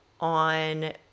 on